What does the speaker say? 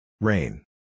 Rain